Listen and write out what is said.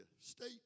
state